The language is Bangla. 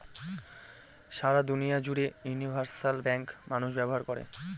সারা দুনিয়া জুড়ে ইউনিভার্সাল ব্যাঙ্ক মানুষ ব্যবহার করে